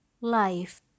life